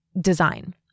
design